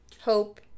hope